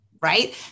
right